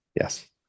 Yes